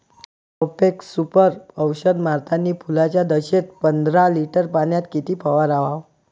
Profex Super औषध मारतानी फुलाच्या दशेत पंदरा लिटर पाण्यात किती फवाराव?